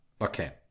Okay